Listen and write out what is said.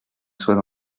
soit